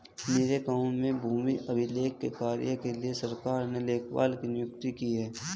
मेरे गांव में भूमि अभिलेख के कार्य के लिए सरकार ने लेखपाल की नियुक्ति की है